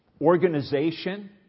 organization